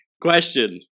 question